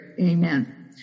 Amen